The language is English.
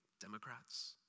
Democrats